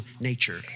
nature